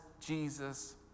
Jesus